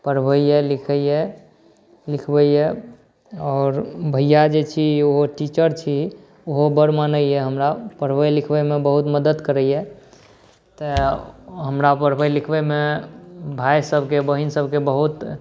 पढ़बैया लिखबैया आओर भैया जे छी ओहो टीचर छी ओहो बड़ मानैया हमरा पढ़बै लिखबैमे बहुत मदद करैया तैं हमरा पढ़बै लिखबैमे भाई सभके बहिन सभके बहुत